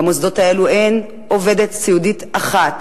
במוסדות האלו אין עובדת סיעודית אחת,